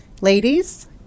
Ladies